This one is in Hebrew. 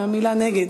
מהמילה נגד.